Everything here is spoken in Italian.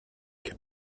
che